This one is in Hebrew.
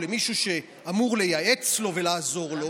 או למישהו שאמור לייעץ לו ולעזור לו.